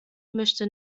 möchte